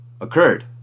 occurred